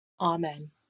Amen